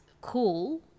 cool